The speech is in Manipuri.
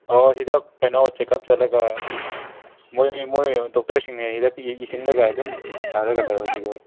ꯑꯣ ꯍꯤꯗꯥꯛ ꯀꯩꯅꯣ ꯆꯦꯛꯑꯞ ꯆꯠꯂꯒ ꯃꯣꯏ ꯗꯣꯛꯇꯔꯁꯤꯡ ꯍꯤꯗꯥꯛ ꯏꯁꯤꯜꯂꯒ ꯑꯗꯨꯝ ꯆꯥꯔꯒ ꯂꯩ ꯍꯧꯖꯤꯛꯋꯥꯏ